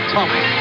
Tommy